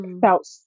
felt